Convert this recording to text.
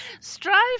Strive